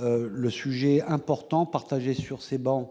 le sujet important partagés sur ces bancs